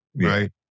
Right